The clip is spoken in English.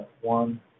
one